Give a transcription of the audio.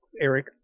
Eric